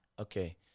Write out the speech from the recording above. Okay